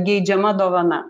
geidžiama dovana